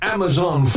Amazon